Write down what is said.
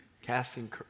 Casting